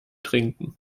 trinken